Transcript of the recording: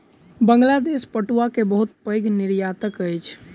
बांग्लादेश पटुआ के बहुत पैघ निर्यातक अछि